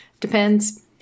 depends